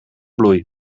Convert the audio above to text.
bloei